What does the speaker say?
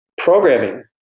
programming